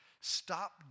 stop